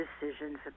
decisions